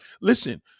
Listen